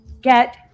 Get